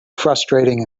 frustrating